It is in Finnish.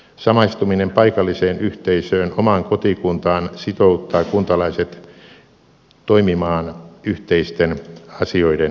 samastuminen paikalliseen yhteisöön omaan kotikuntaan sitouttaa kuntalaiset toimimaan yhteisten asioiden hyväksi